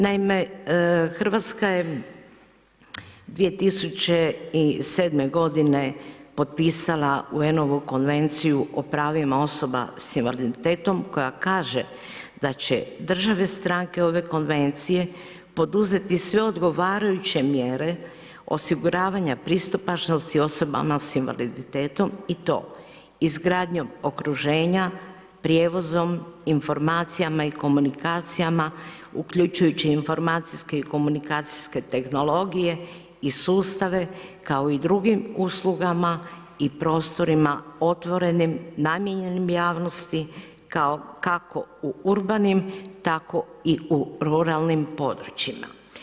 Naime, Hrvatska je 2007. godine potpisala UN Konvenciju o pravima osoba s invaliditetom koja kaže da će „Države stranke ove konvencije poduzeti sve odgovarajuće mjere osiguravanja pristupačnosti osobama s invaliditetom i to izgradnjom okruženja, prijevozom, informacijama i komunikacijama, uključujući informacijske i komunikacijske tehnologije i sustave kao i drugim uslugama i prostorima otvorenim namijenjenim javnosti kao kako i u urbanim tako i u ruralnim područjima“